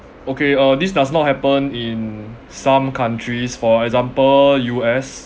okay uh this does not happen in some countries for example U_S